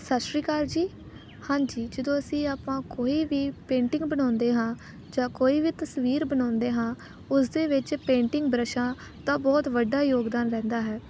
ਸਤਿ ਸ਼੍ਰੀ ਅਕਾਲ ਜੀ ਹਾਂਜੀ ਜਦੋਂ ਅਸੀਂ ਆਪਾਂ ਕੋਈ ਵੀ ਪੇਂਟਿੰਗ ਬਣਾਉਂਦੇ ਹਾਂ ਜਾਂ ਕੋਈ ਵੀ ਤਸਵੀਰ ਬਣਾਉਂਦੇ ਹਾਂ ਉਸਦੇ ਵਿੱਚ ਪੇਂਟਿੰਗ ਬ੍ਰੱਸ਼ਾਂ ਦਾ ਬਹੁਤ ਵੱਡਾ ਯੋਗਦਾਨ ਰਹਿੰਦਾ ਹੈ